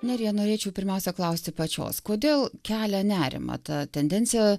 nerija norėčiau pirmiausia klausti pačios kodėl kelia nerimą ta tendencija